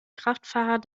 kraftfahrer